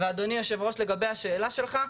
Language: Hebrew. ואדוני היושב ראש לגבי השאלה שלך,